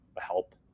help